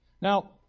Now